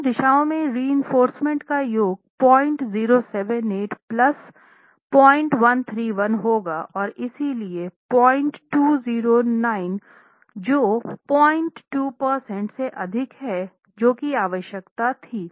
दोनों दिशाओं में रीइनफोर्रसमेंट का योग 0078 प्लस 0131 होगा और इसलिए 0209 जो 02 प्रतिशत से अधिक है जो कि आवश्यकता थी